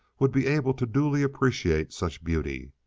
would be able to duly appreciate such beauty?